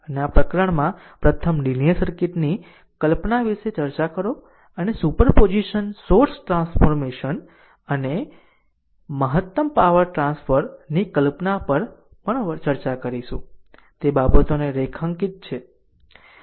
અને આ પ્રકરણમાં પ્રથમ લીનીયર સર્કિટ ની કલ્પના વિશે ચર્ચા કરો અને superposition source transformation અને મહત્તમ પાવર ટ્રાન્સફર ની કલ્પના પર પણ ચર્ચા કરીશું તે બાબતોને રેખાંકિત કરી છે